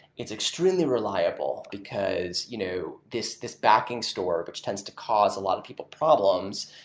it's extremely reliable, because you know this this backing store which tends to cause a lot of people problems,